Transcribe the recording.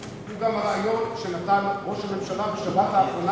הוא גם ריאיון שנתן ראש הממשלה בשבת האחרונה,